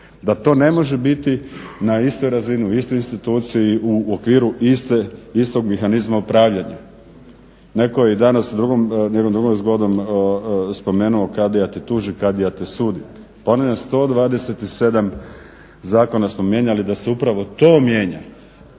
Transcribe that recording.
Da to ne može biti na istoj razini, na istu instituciju, u okviru istog mehanizma upravljanja. Iako je danas nekom drugom zgodom spomenuo Kadija te tuži, Kadija te sudi. Pa onih 127 zakona smo mijenjali da se upravo to mijenja.